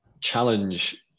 challenge